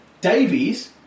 Davies